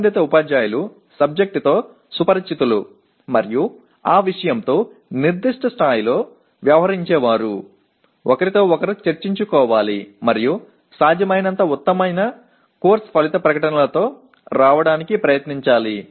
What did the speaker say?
సంబంధిత ఉపాధ్యాయులు సబ్జెక్టుతో సుపరిచితులు మరియు ఆ విషయంతో నిర్దిష్ట స్థాయిలో వ్యవహరించేవారు ఒకరితో ఒకరు చర్చించుకోవాలి మరియు సాధ్యమైనంత ఉత్తమమైన కోర్సు ఫలిత ప్రకటనలతో రావడానికి ప్రయత్నించాలి